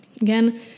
again